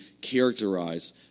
characterize